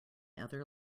other